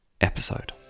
episode